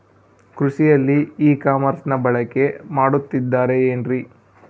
ಕೃಷಿಯಲ್ಲಿ ಇ ಕಾಮರ್ಸನ್ನ ಬಳಕೆ ಮಾಡುತ್ತಿದ್ದಾರೆ ಏನ್ರಿ?